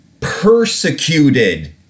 persecuted